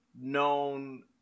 known